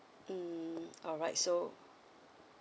mm alright so